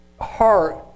heart